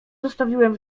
zostawiłem